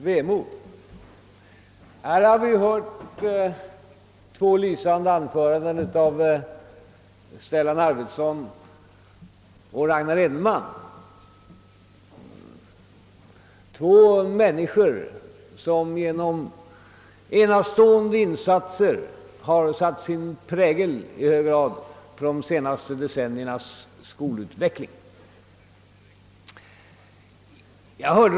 Vi har här lyssnat till två lysande anföranden av Stellan Arvidson och Ragnar Edenman, två personer som genom enastående insatser i hög grad har satt sin prägel på de senaste decenniernas utveckling på skolans område.